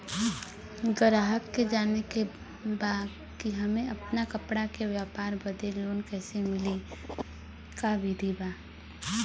गराहक के जाने के बा कि हमे अपना कपड़ा के व्यापार बदे लोन कैसे मिली का विधि बा?